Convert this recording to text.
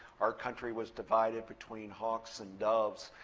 our country was divided between hawks and doves.